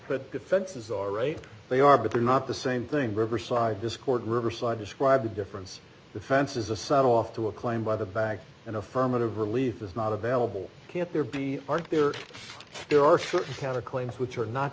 but defenses are right they are but they're not the same thing riverside dischord riverside described the difference the fence is a side off to a claim by the back and affirmative relief is not available can't there be aren't there there are certain counter claims which are not